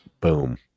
Boom